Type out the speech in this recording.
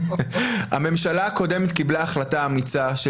הממשלה הקודמת קיבלה החלטה אמיצה של